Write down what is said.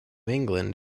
england